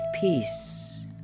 peace